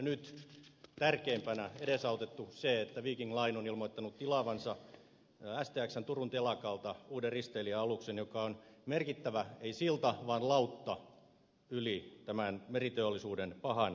nyt tärkeimpänä on edesautettu se että viking line on ilmoittanut tilaavansa stxn turun telakalta uuden risteilijäaluksen joka on merkittävä ei silta vaan lautta yli tämän meriteollisuuden pahan taantumavaiheen